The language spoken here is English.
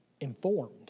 informed